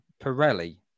Pirelli